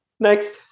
Next